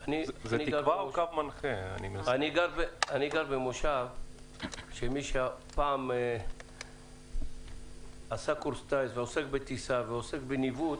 אני גר במושב שמי שפעם עשה קורס טיס ועוסק בטיסה ובניווט,